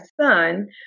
son